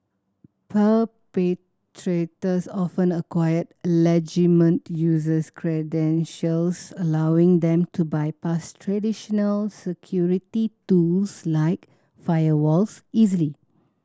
perpetrators often acquire users credentials allowing them to bypass traditional security tools like firewalls easily